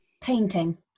Painting